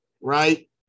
right